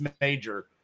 major